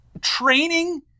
training